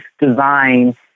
design